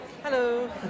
Hello